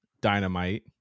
Dynamite